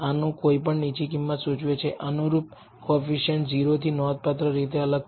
આનું કોઈપણ નીચી કિંમત સૂચવે છે કે અનુરૂપ કોએફીસીએંટ 0 થી નોંધપાત્ર રીતે અલગ છે